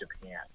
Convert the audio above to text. Japan